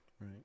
Right